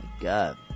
god